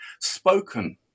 spoken